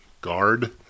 Guard